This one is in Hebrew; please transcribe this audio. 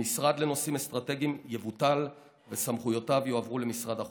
המשרד לנושאים אסטרטגיים יבוטל וסמכויותיו יועברו למשרד החוץ.